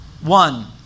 One